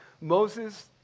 Moses